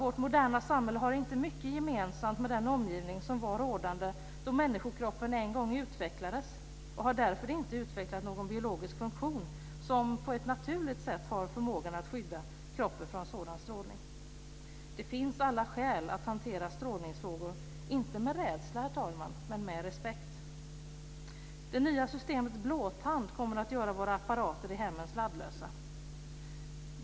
Vårt moderna samhälle har inte mycket gemensamt med den omgivning som var rådande då människokroppen en gång utvecklades och har därför inte utvecklat någon biologisk funktion som på ett naturligt sätt har förmågan att skydda kroppen från sådan strålning. Det finns alla skäl att hantera strålningsfrågor inte med rädsla men med respekt. Det nya systemet Blåtand kommer att göra våra apparater i hemmen sladdlösa.